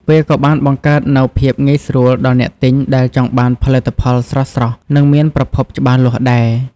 វាក៏បានបង្កើតនូវភាពងាយស្រួលដល់អ្នកទិញដែលចង់បានផលិតផលស្រស់ៗ និងមានប្រភពច្បាស់លាស់ដែរ។